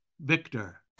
victor